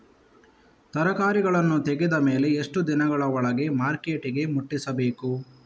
ತರಕಾರಿಗಳನ್ನು ತೆಗೆದ ಮೇಲೆ ಎಷ್ಟು ದಿನಗಳ ಒಳಗೆ ಮಾರ್ಕೆಟಿಗೆ ಮುಟ್ಟಿಸಬೇಕು?